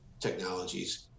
technologies